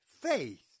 faith